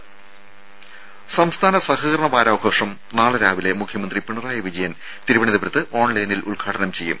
രും സംസ്ഥാന സഹകരണ വാരാഘോഷം നാളെ രാവിലെ മുഖ്യമന്ത്രി പിണറായി വിജയൻ തിരുവനന്തപുരത്ത് ഓൺലൈനിൽ ഉദ്ഘാടനം ചെയ്യും